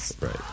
Right